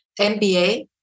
MBA